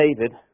David